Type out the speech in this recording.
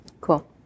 Cool